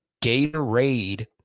Gatorade